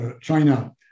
China